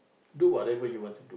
do what ever you want to do